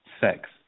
Sex